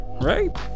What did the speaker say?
right